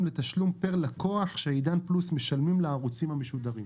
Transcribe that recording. לתשלום פר לקוח שעידן פלוס משלמים לערוצים המשודרים".